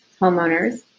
homeowners